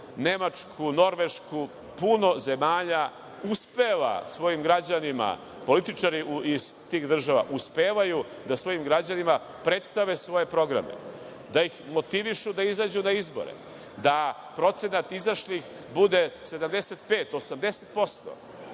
Nemačku, Norvešku. Puno zemalja uspeva svojim građanima, političari iz tih država uspevaju da svojim građanima predstave svoje programe, da ih motivišu da izađu na izbore, da procenat izašlih bude 75, 80%,